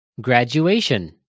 Graduation